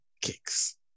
Kicks